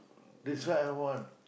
this one I want